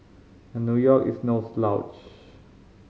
and New York is no slouch